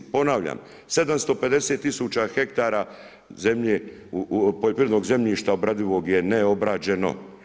Ponavljam, 750 000 ha poljoprivrednog zemljišta obradivog je neobrađeno.